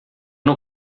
não